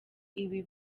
ibi